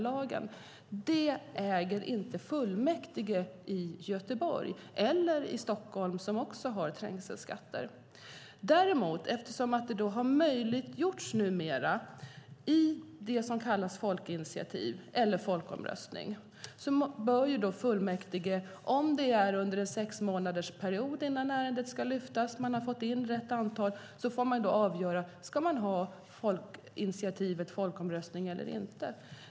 Den rätten äger inte fullmäktige i Göteborg eller i Stockholm, som också har trängselskatt. Eftersom det numera har möjliggjorts det som kallas folkinitiativ eller folkomröstning bör fullmäktige, om det är under en sexmånadersperiod innan ärendet ska behandlas, få avgöra om man ska ha folkinitiativet folkomröstning eller inte.